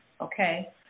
okay